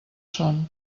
són